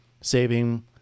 saving